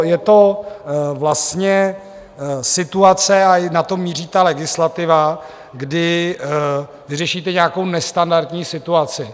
Je to vlastně situace a i na to míří ta legislativa kdy řešíte nějakou nestandardní situaci.